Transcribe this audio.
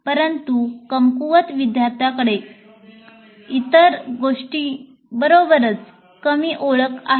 परंतु कमकुवत विद्यार्थ्यांकडे इतर गोष्टींबरोबरच कमी ओळख आहे